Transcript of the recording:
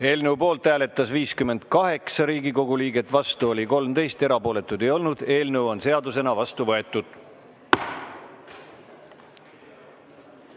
Eelnõu poolt hääletas 60 Riigikogu liiget, vastuolijaid ja erapooletuid ei olnud. Eelnõu on seadusena vastu võetud.